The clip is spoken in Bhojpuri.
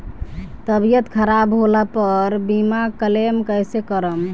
तबियत खराब होला पर बीमा क्लेम कैसे करम?